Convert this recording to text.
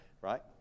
right